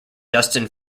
dustin